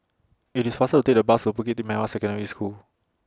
IT IS faster to Take The Bus to Bukit Merah Secondary School